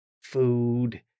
food